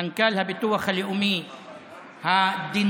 מנכ"ל הביטוח הלאומי הדינמי,